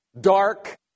dark